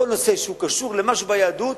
כל נושא שקשור במשהו ביהדות,